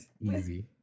Easy